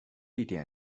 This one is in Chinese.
地点